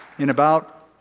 in about,